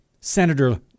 Senator